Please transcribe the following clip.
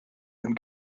and